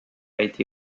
été